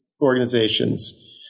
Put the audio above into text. organizations